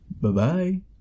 bye-bye